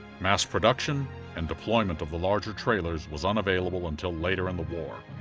mass production and deployment of the larger trailers was unavailable until later in the war,